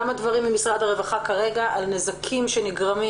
שמענו גם ממשרד הרווחה על נזקים שנגרמים